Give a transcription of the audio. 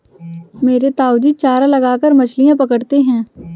मेरे ताऊजी चारा लगाकर मछलियां पकड़ते हैं